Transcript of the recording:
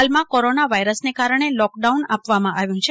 હાલમાં કોરોના વાયરસને કારણે લોક ડાઉન આપવામાં આવ્યું છે